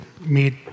meet